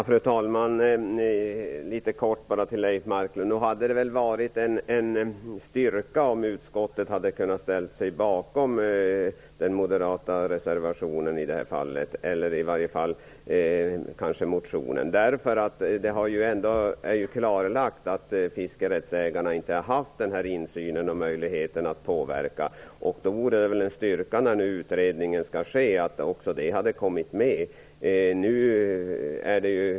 Fru talman! Litet kort till Leif Marklund: Nog hade det väl varit en styrka om utskottet hade kunnat ställa sig bakom den moderata reservationen eller i alla fall motionen. Det är ju ändå klarlagt att fiskerättsägarna inte har haft någon insyn eller någon möjlighet att påverka. Då hade det väl varit en styrka, när nu utredningen skall ske, om också detta hade kommit med.